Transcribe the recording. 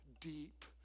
deep